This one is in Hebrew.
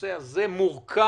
הנושא הזה מורכב,